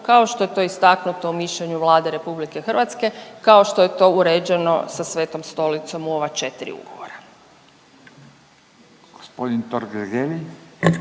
kao što je to istaknuto u mišljenju Vlade RH, kao što je to uređeno sa Svetom Stolicom u ova 4 ugovora. **Radin, Furio